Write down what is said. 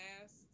last